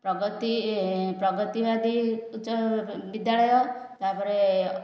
ପ୍ରଗତି ପ୍ରଗତିବାଦୀ ଉଚ୍ଚ ବିଦ୍ୟାଳୟ ତା'ପରେ